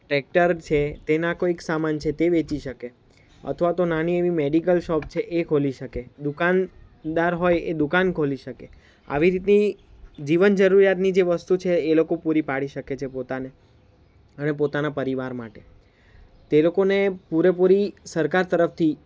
tractor છે તેના કોઈક સામાન છે તે વેચી શકે અથવા તો નાની એવી મેડિકલ શોપ છે એ ખોલી શકે દુકાનદાર હોય એ દુકાન ખોલી શકે આવી રીતની જીવન જરૂરિયાતની જે વસ્તુ છે એ લોકો પૂરી પાડી શકે છે પોતાને અને પોતાના પરિવાર માટે તે લોકોને પૂરેપૂરી સરકાર તરફથી